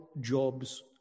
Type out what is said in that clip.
Job's